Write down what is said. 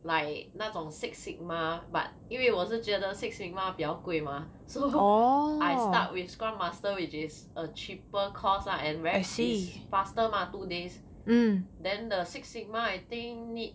like 那种 six sigma but 因为我是觉得 six sigma 比较贵 mah so I start with scrum master which is a cheaper course lah and very is faster mah two days then the six sigma I think need